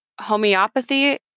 homeopathy